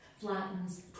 flattens